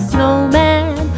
Snowman